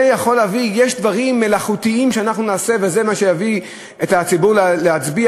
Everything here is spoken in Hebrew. יש דברים מלאכותיים שאנחנו נעשה וזה מה שיביא את הציבור להצביע?